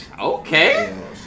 okay